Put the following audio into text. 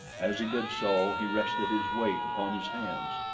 as he did so, he rested his weight upon his hands,